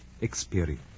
experience